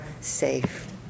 safe